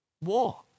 War